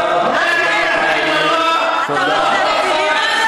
אללה הוא אכבר (אומר בערבית: בואו לתפילה.